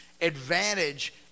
advantage